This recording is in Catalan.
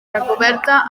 recoberta